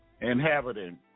inhabiting